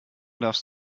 darfst